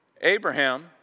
Abraham